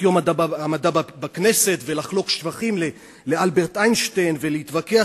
יום המדע בכנסת ולחלוק שבחים לאלברט איינשטיין ולהתווכח